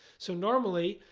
so normally,